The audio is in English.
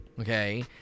Okay